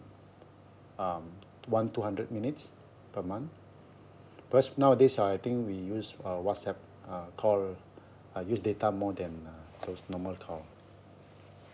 um one two hundred minutes per month because nowadays ah I think we use uh whatsapp uh call uh use data more than uh those normal call